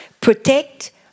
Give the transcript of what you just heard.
Protect